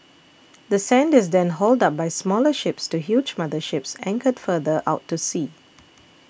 the sand is then hauled up by smaller ships to huge mother ships anchored further out to sea